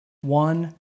one